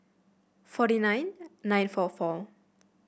forty nine nine four four